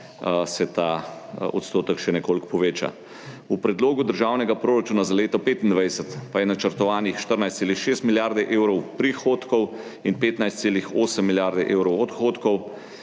ta odstotek še nekoliko poveča. V predlogu državnega proračuna za leto 2025 pa je načrtovanih 14,6 milijarde evrov prihodkov in 15,8 milijarde evrov odhodkov,